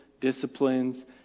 disciplines